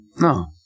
No